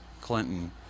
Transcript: Clinton